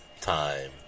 time